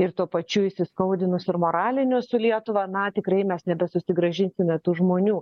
ir tuo pačiu įsiskaudinimus ir moralinius su lietuva na tikrai mes nebesusigrąžinsime tų žmonių